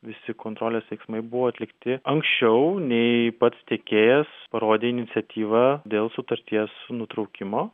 visi kontrolės veiksmai buvo atlikti anksčiau nei pats teikėjas parodė iniciatyvą dėl sutarties nutraukimo